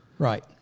Right